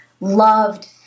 loved